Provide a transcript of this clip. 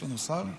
אדוני היושב-ראש,